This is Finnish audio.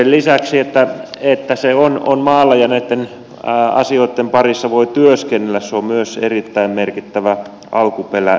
sen lisäksi että se on maalla ja näitten asioitten parissa voi työskennellä se on myös erittäin merkittävä alkuperää